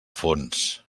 fons